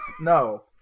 no